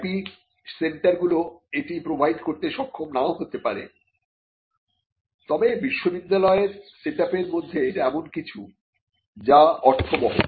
IP সেন্টারগুলো এটি provide করতে সক্ষম নাও হতে পারে তবে বিশ্ববিদ্যালয়ের সেট আপের মধ্যে এটি এমন কিছু যা অর্থবহ